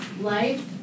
life